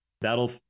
that'll